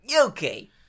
Okay